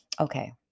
okay